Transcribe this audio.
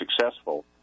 successful